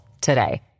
today